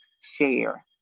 share